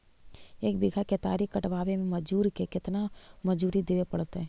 एक बिघा केतारी कटबाबे में मजुर के केतना मजुरि देबे पड़तै?